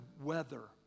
weather